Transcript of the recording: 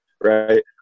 right